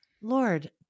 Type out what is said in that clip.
Lord